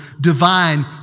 divine